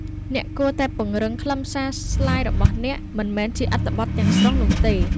អ្នកគួរតែពង្រឹងខ្លឹមសារស្លាយរបស់អ្នក មិនមែនជាអត្ថបទទាំងស្រុងនោះទេ។